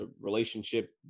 Relationship